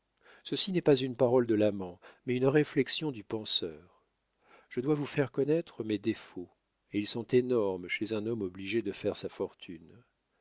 ceci n'est pas une parole de l'amant mais une réflexion du penseur je dois vous faire connaître mes défauts et ils sont énormes chez un homme obligé de faire sa fortune